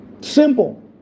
simple